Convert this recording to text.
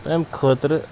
تَمہِ خٲطرٕ